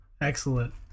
excellent